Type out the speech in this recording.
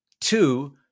Two